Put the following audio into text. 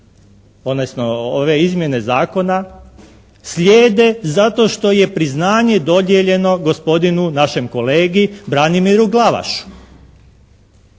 odnosno ove izmjene zakona slijede zato što je priznanje dodijeljeno gospodinu našem kolegi Branimiru Glavašu.